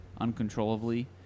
uncontrollably